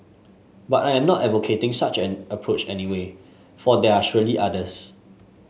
but I am not advocating such an approach anyway for there are surely others